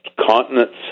continents